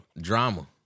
drama